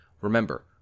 Remember